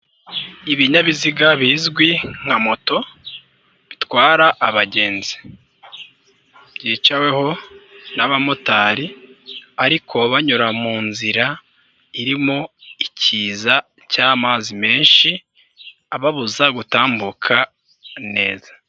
Ibinyabiziga bizwi nka moto bitwara abagenzi, byicaweho n'abamotari ariko banyura mu nzira irimo ikiza cy'amazi menshi, ababuza gutambuka neza.